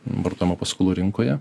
vartojimo paskolų rinkoje